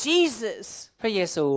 Jesus